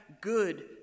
good